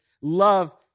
love